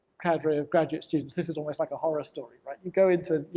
cadre of graduate students, this is almost like a horror story, right? you go into,